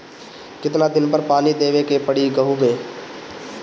कितना दिन पर पानी देवे के पड़ी गहु में?